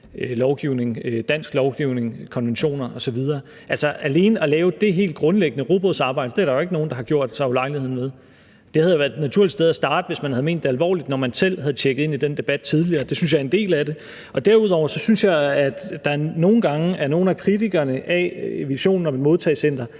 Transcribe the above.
dansk lovgivning, konventioner osv. Altså, alene at lave det helt grundlæggende rugbrødsarbejde er der jo ikke nogen, der har gjort sig ulejlighed med. Det havde jo været et naturligt sted at starte, hvis man havde ment det alvorligt, når man selv havde tjekket ind i den debat tidligere – det synes jeg er en del af det. Derudover synes jeg, at der nogle gange er nogle af kritikerne af visionen om et modtagecenter,